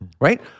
right